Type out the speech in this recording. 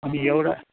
अनि एउटा